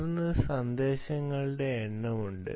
തുടർന്ന് സന്ദേശങ്ങളുടെ എണ്ണം ഉണ്ട്